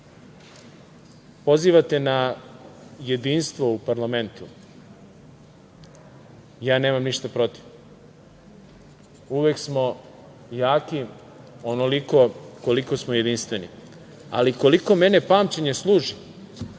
strane. Pozivate na jedinstvo u parlamentu, ja nemam ništa protiv. Uvek smo jaki onoliko koliko smo jedinstveni. Ali, koliko mene pamćenje služi,